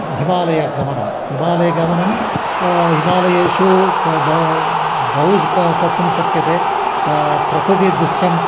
हिमालयगमनं हिमालयगमनं हिमालयेषु क ब बहु क कर्तुं शक्यते प्रकृतिदृश्यम्